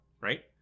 Right